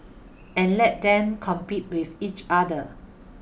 and let them compete with each other